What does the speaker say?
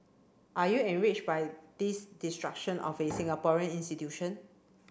are you enrich by this destruction of a Singaporean institution